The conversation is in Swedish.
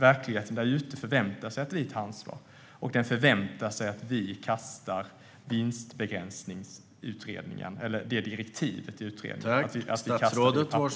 Verkligheten där ute förväntar sig det, och den förväntar sig att vi kastar direktivet till vinstbegränsningsutredningen i papperskorgen.